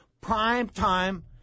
prime-time